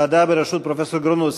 ועדה בראשות פרופסור גרונאו,